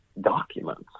documents